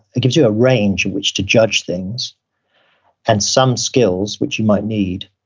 it gives you a range in which to judge things and some skills which you might need,